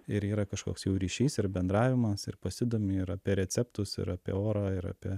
ir yra kažkoks jau ryšys ir bendravimas ir pasidomi ir apie receptus ir apie orą ir apie